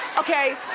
okay.